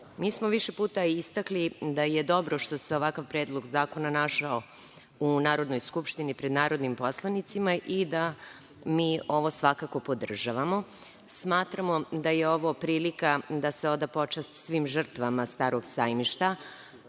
smo više puta istakli da je dobro što se ovakav predlog zakona našao u Narodnoj skupštini pred narodnim poslanicima i da mi ovo svakako podržavamo. Smatramo da je ovo prilika da se oda počast svim žrtvama „Starog sajmišta“,